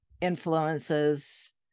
influences